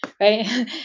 right